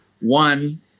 one